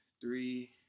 Three